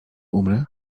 umrę